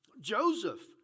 Joseph